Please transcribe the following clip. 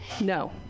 no